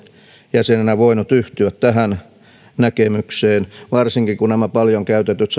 jäsenenä voinut yhtyä tähän näkemykseen varsinkaan kun hybridihypetyksellä ja paljon käytetyllä